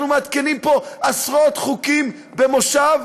אנחנו מעדכנים פה עשרות חוקים בכנס,